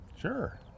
Sure